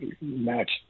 matched